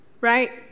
right